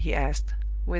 he asked,